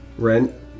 Rent